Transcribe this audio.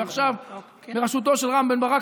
ועכשיו בראשותו של רם בן ברק,